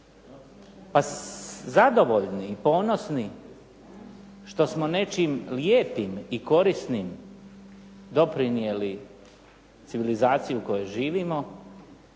pa zadovoljni i ponosni što smo nečim lijepim i korisnim doprinijeli civilizaciji u kojoj živimo,